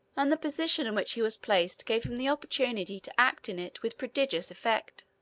and the position in which he was placed gave him the opportunity to act in it with prodigious effect.